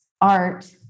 art